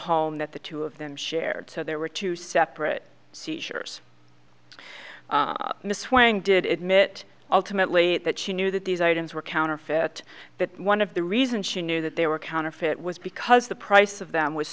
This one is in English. home that the two of them shared so there were two separate seizures miswiring did it mitt ultimately that she knew that these items were counterfeit but one of the reasons she knew that they were counterfeit was because the price of them was